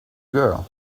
girl